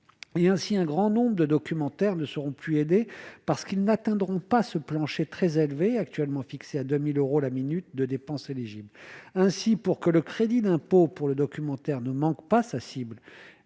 et ainsi un grand nombre de documentaires ne seront plus aidées parce qu'ils n'atteindront pas ce plancher très élevé actuellement fixé à 2000 euros la minute de dépenses éligibles ainsi pour que le crédit d'impôt pour le documentaire ne manque pas sa cible,